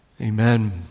Amen